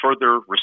further